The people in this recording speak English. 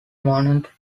monte